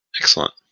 Excellent